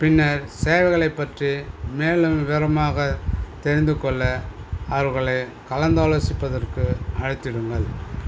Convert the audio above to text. பின்னர் சேவைகளைப் பற்றி மேலும் விவரமாகத் தெரிந்துகொள்ள அவர்களைக் கலந்தாலோசிப்பதற்கு அழைத்திடுங்கள்